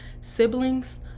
siblings